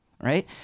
right